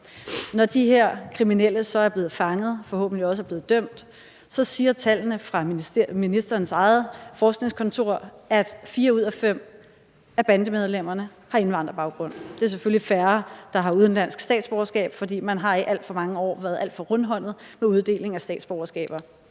Når de her kriminelle så er blevet fanget og forhåbentlig også er blevet dømt, kan vi se på tallene fra ministerens eget forskningskontor, at fire ud af fem af bandemedlemmerne har indvandrerbaggrund. Det er selvfølgelig færre, der har udenlandsk statsborgerskab, men man har i alt for mange år været alt for rundhåndet med uddeling af statsborgerskaber,